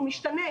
הוא משתנה,